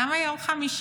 למה יום חמישי?